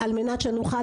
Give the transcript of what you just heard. בנגב.